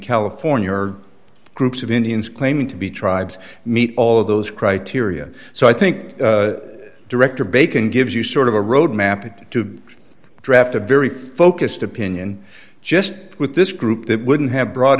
california or groups of indians claiming to be tribes meet all of those criteria so i think director bacon gives you sort of a roadmap to draft a very focused opinion just with this group that wouldn't have brought